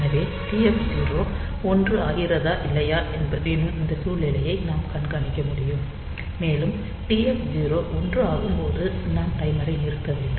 எனவே TF 0 1 ஆகிறதா இல்லையா என்னும் இந்த சூழ்நிலையை நாம் கண்காணிக்க முடியும் மேலும் TF0 1 ஆகும்போது நாம் டைமரை நிறுத்த வேண்டும்